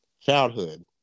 Childhood